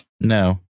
no